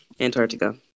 Antarctica